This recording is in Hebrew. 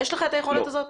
יש לך את היכולת הזאת?